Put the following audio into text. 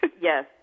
Yes